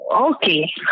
Okay